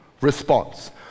response